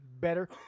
better